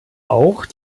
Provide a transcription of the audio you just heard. auch